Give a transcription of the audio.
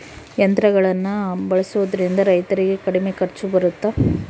ಯಂತ್ರಗಳನ್ನ ಬಳಸೊದ್ರಿಂದ ರೈತರಿಗೆ ಕಡಿಮೆ ಖರ್ಚು ಬರುತ್ತಾ?